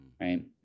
Right